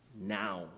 now